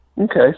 Okay